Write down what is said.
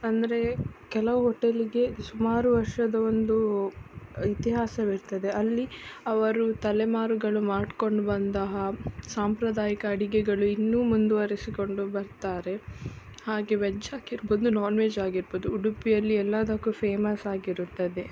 ಅಂದರೆ ಕೆಲವು ಹೊಟೇಲಿಗೆ ಸುಮಾರು ವರ್ಷದ ಒಂದೂ ಇತಿಹಾಸವಿರ್ತದೆ ಅಲ್ಲಿ ಅವರು ತಲೆಮಾರುಗಳು ಮಾಡ್ಕೊಂಡು ಬಂದಹ ಸಾಂಪ್ರದಾಯಿಕ ಅಡುಗೆಗಳು ಇನ್ನೂ ಮುಂದುವರೆಸಿಕೊಂಡು ಬರ್ತಾರೆ ಹಾಗೆ ವೆಜ್ ಆಗಿರ್ಬೊದು ನಾನ್ ವೆಜ್ ಆಗಿರ್ಬೊದು ಉಡುಪಿಯಲ್ಲಿ ಎಲ್ಲದಕ್ಕೂ ಫೇಮಸ್ ಆಗಿರುತ್ತದೆ